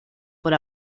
por